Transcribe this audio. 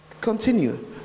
Continue